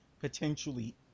potentially